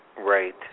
Right